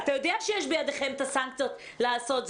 אתה יודע שיש בידיכם את הסנקציות לעשות,